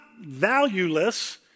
valueless